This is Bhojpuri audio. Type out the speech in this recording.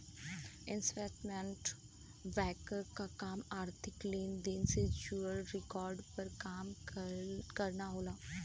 इन्वेस्टमेंट बैंकर क काम आर्थिक लेन देन से जुड़ल रिकॉर्ड पर काम करना होला